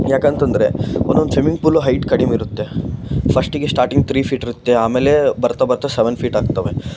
ಯಾಕಂತ ಅಂದ್ರೆ ಒಂದೊಂದು ಸ್ವಿಮ್ಮಿಂಗ್ ಪೂಲು ಹೈಟ್ ಕಡಿಮೆ ಇರುತ್ತೆ ಫಶ್ಟಿಗೆ ಸ್ಟಾರ್ಟಿಂಗ್ ತ್ರೀ ಫೀಟಿರುತ್ತೆ ಆಮೇಲೆ ಬರ್ತಾ ಬರ್ತಾ ಸವೆನ್ ಫೀಟ್ ಆಗ್ತವೆ